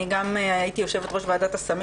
אני גם הייתי יושבת-ראש ועדת הסמים